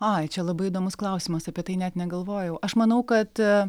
ai čia labai įdomus klausimas apie tai net negalvojau aš manau kad